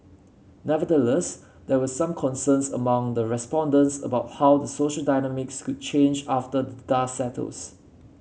nevertheless there were some concerns among the respondents about how the social dynamics could change after dust settles